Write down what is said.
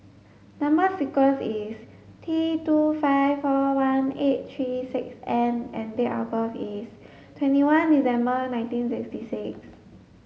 number sequence is T two five four one eight three six N and date of birth is twenty one December nineteen sixty six